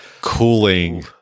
cooling